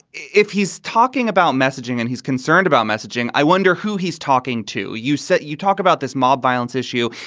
if he's talking about messaging and he's concerned about messaging, i wonder who he's talking to. you said you talk about this mob violence issue.